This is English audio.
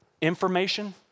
information